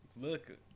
Look